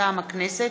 מטעם הכנסת: